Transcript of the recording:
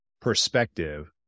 perspective